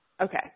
Okay